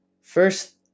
first